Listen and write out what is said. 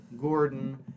Gordon